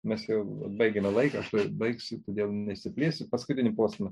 mes jau baigiame laiką baigsių todėl nesiplėsiu paskutinį posmą